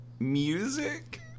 Music